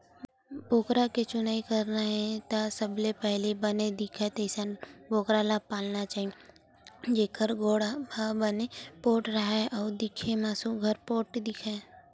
बोकरा के चुनई करना हे त सबले पहिली बने दिखय तइसन बोकरा पालना चाही जेखर गोड़ ह बने पोठ राहय अउ दिखे म सुग्घर पोठ दिखय